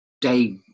day